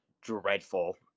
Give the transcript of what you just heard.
dreadful